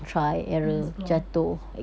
and explore